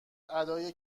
ادای